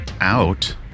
out